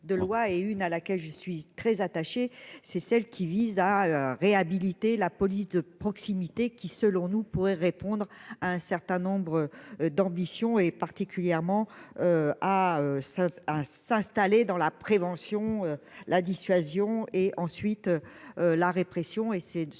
de loi et une à laquelle je suis très attaché, c'est celle qui vise à réhabiliter la police de proximité qui, selon nous, pourrait répondre à un certain nombre d'ambitions et particulièrement à à s'installer dans la prévention, la dissuasion et ensuite la répression